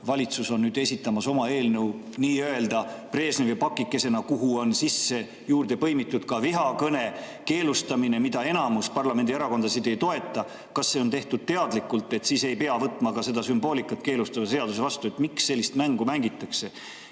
Valitsus on nüüd esitamas oma eelnõu nii-öelda Brežnevi pakikesena, kuhu on juurde põimitud ka vihakõne keelustamine, mida enamik parlamendierakondasid ei toeta. Kas see on tehtud teadlikult, et siis ei pea ka seda sümboleid keelustavat seadust vastu võtma? Miks sellist mängu mängitakse?